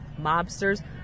mobsters